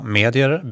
medier